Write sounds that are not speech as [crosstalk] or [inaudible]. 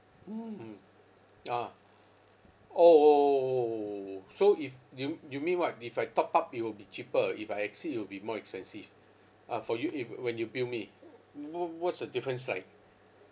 mm ya !ow! !whoa! so if you you mean what if I top up it will be cheaper if I exceed it'll be more expensive uh for you if when you bill me [noise] wha~ what's the difference like